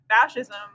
fascism